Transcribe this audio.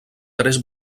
tres